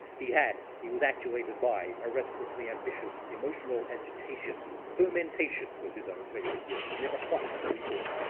he had, he was actuated by, a restlessly ambitious emotional agitation. fermentation was his own favorite word. never quite fully formed,